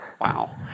Wow